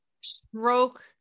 stroke